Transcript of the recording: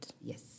Yes